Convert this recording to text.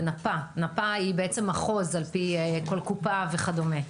לנפה נפה היא בעצם מחוז על פי כל קופה וכדומה.